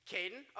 Caden